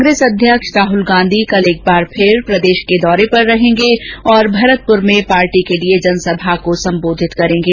कांग्रेस अध्यक्ष राहुल गांधी कल एक बार प्रदेश के दौरे पर रहेंगे और भरतपुर में पार्टी के लिए जनसभा को संबोधित करेंगे